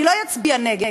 אני לא אצביע נגד,